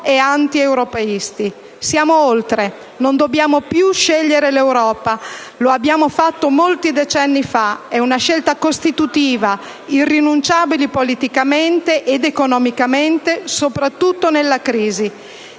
Siamo oltre: non dobbiamo più scegliere l'Europa, l'abbiamo fatto molti decenni fa; è una scelta costitutiva, irrinunciabile politicamente ed economicamente, soprattutto nella crisi.